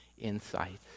insight